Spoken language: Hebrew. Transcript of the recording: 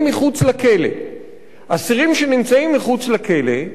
אסירים שנמצאים מחוץ לכלא הם אסירים שבעצם